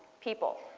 people.